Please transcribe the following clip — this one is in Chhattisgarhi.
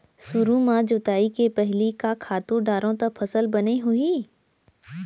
सुरु म जोताई के पहिली का खातू डारव त फसल बने होही?